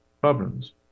problems